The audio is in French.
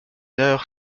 heure